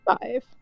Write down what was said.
five